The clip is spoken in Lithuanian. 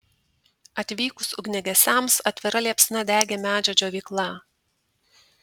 atvykus ugniagesiams atvira liepsna degė medžio džiovykla